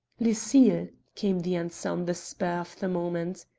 lucille, came the answer on the spur of the moment.